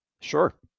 Sure